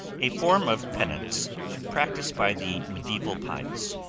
a form of penance practised by the mediaeval pious.